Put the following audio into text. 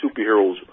Superheroes